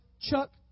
Chuck